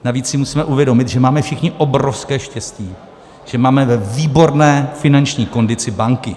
Navíc si musíme uvědomit, že máme všichni obrovské štěstí, že máme ve výborné finanční kondici banky.